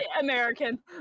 American